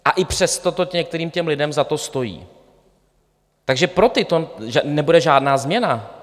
A i přesto to některým těm lidem za to stojí, takže pro ty to nebude žádná změna.